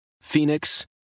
Phoenix